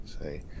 say